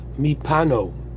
Mipano